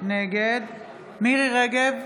נגד מירי מרים רגב,